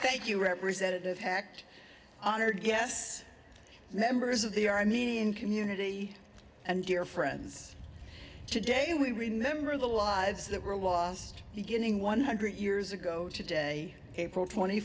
thank you representative hacked honored guests members of the armenian community and dear friends today we remember the lives that were lost beginning one hundred years ago today april twenty